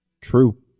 True